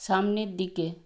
সামনের দিকে